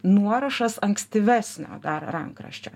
nuorašas ankstyvesnio dar rankraščio